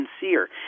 sincere